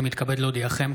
אני מתכבד להודיעכם,